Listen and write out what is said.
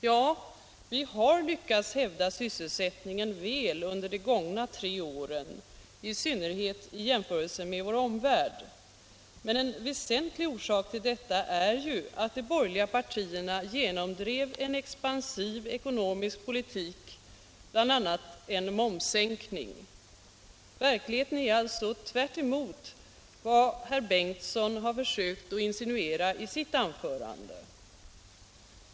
Ja, vi har lyckats hävda sysselsättningen väl under de gångna tre åren, i synnerhet i jämförelse med vår omvärld. Men en väsentlig orsak till detta är ju att de borgerliga partierna genomdrev en expansiv ekonomisk politik, bl.a. en momssänkning. Verkligheten är alltså raka motsatsen till det som herr Ingemund Bengtsson i Varberg försökte insinuera i sitt anförande.